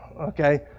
okay